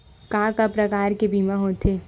का का प्रकार के बीमा होथे?